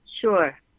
Sure